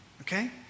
Okay